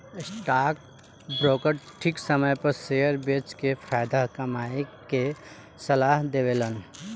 stock broker ठीक समय पर शेयर बेच के फायदा कमाये के सलाह देवेलन